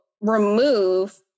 remove